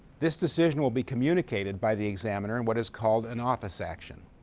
this decision will be communicated by the examiner in what is called an office action,